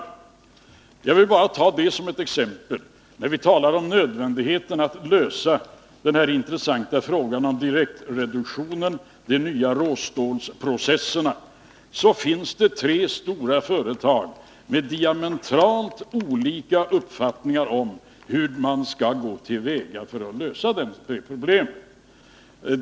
Jag vill bara ta detta som ett exempel. När vi talar om nödvändigheten av att lösa den här intressanta frågan om direktreduktionen och de nya råstålsprocesserna, så finns det tre stora företag med diametralt olika uppfattningar om hur man skall gå till väga för att lösa detta problem.